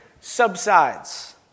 subsides